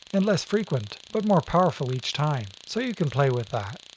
and less frequent, but more powerful each time. so you can play with that.